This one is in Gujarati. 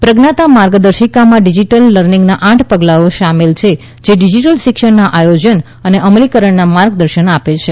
પ્રજ્ઞાતા માર્ગદર્શિકામાં ડિજિટલ લર્નિંગના આઠ પગલાઓ શામેલ છે જે ડિજિટલ શિક્ષણના આયોજન અને અમલીકરણને માર્ગદર્શન આપે છે